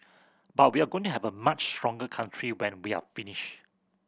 but we're going to have a much stronger country when we're finish